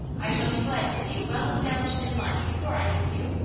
i shall be glad to see you well established in life before i leave you.